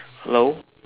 hello